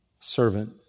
servant